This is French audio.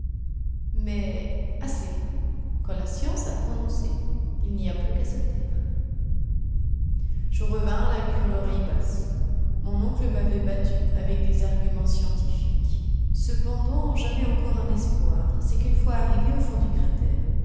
mais assez quand la science a prononcé il n'y a plus qu'à se taire je revins à la cure l'oreille basse mon oncle m'avait battu avec des arguments scientifiques cependant j'avais encore un espoir c'est qu'une fois arrivés au fond du cratère